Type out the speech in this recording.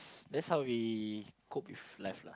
that's how we cope with life lah